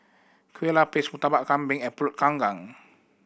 Kueh Lapis Murtabak Kambing and Pulut